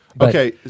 Okay